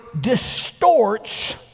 distorts